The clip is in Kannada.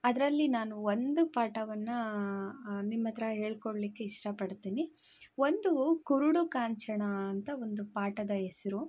ಅದರಲ್ಲಿ ನಾನು ಒಂದು ಪಾಠವನ್ನಾ ನಿಮ್ಮ ಹತ್ರ ಹೇಳಿಕೊಳ್ಳಿಕ್ಕೆ ಇಷ್ಟಪಡ್ತೀನಿ ಒಂದು ಕುರುಡು ಕಾಂಚಾಣಾ ಅಂತ ಒಂದು ಪಾಠದ ಹೆಸ್ರು